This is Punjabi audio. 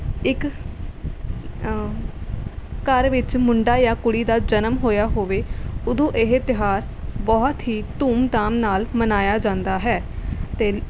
ਇੱਕ ਘਰ ਵਿੱਚ ਮੁੰਡਾ ਜਾਂ ਕੁੜੀ ਦਾ ਜਨਮ ਹੋਇਆ ਹੋਵੇ ਉਦੋਂ ਇਹ ਤਿਉਹਾਰ ਬਹੁਤ ਹੀ ਧੂਮਧਾਮ ਨਾਲ ਮਨਾਇਆ ਜਾਂਦਾ ਹੈ ਅਤੇ